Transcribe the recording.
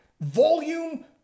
Volume